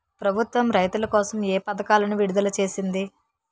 ప్రభుత్వం రైతుల కోసం ఏ పథకాలను విడుదల చేసింది?